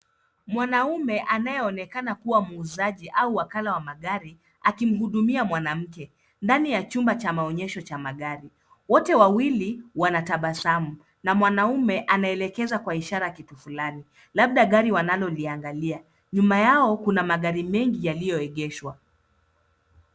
Mwanaume anayeonekana kuwa muuzaji au wakala wa magari akimhudumia mwanamke ndani ya chumba cha maonyesho cha gari. Wote wawili wanatabasamu na mwanaume anaelekeza kwa ishara ya kitu fulani. Labda gari wanaloliangalia. Nyuma yao kuna magari mengi yaliyoegeshwa.